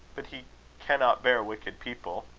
but he cannot bear wicked people.